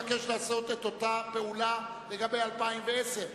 אני מבקש לעשות את אותה פעולה לגבי 2010,